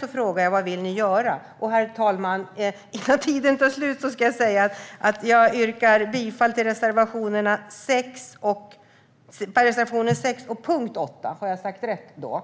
Så vad vill ni göra? Herr talman! Innan min talartid tar slut ska jag yrka bifall till reservationerna 6 och 8, så att det blir rätt. Återigen: